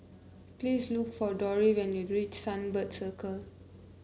please look for Dori when you reach Sunbird Circle